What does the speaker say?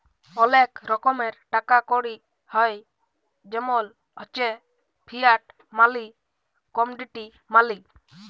ওলেক রকমের টাকা কড়ি হ্য় জেমল হচ্যে ফিয়াট মালি, কমডিটি মালি